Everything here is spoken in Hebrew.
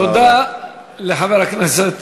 תודה רבה.